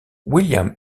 william